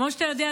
כמו שאתה יודע,